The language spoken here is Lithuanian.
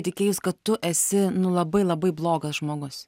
įtikėjus kad tu esi nu labai labai blogas žmogus